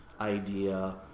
idea